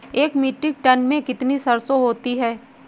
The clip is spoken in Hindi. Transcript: एक मीट्रिक टन में कितनी सरसों होती है?